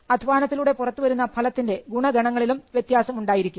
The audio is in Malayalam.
അധ്വാനത്തിലൂടെ പുറത്തു വരുന്ന ഫലത്തിൻറെ ഗുണഗണങ്ങളിലും വ്യത്യാസം ഉണ്ടായിരിക്കും